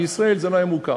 בישראל זה לא היה מוכר.